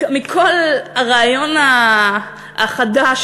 מכל הרעיון החדש,